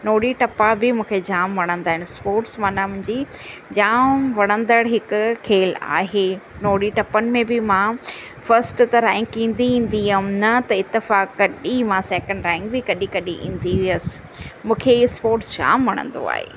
नोड़ी टपा बि मूंखे जाम वणंदा आहिनि स्पोर्टस माना मुंहिंजी जाम वणंदड़ ई हिकु खेल आहे नोड़ी टपनि में बि मां फस्ट त रैंक ईंदी ईंदी हुयमि न त इतेफ़ाक कॾहिं मां सेकेंड रैंक बि कॾहिं कॾहिं ईंदी हुयसि मूंखे ईअं स्पोर्टस जाम वणंदो आहे